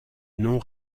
non